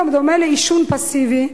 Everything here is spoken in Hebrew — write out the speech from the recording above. בדומה לעישון פסיבי,